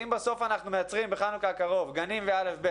אם בסוף אנחנו מייצרים בחנוכה הקרוב גנים וכיתות א'-ב'